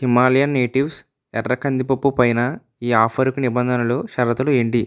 Himalayan natives ఎర్ర కంది పప్పు పైన ఈ ఆఫర్కి నిబంధనలు షరతులు ఏంటి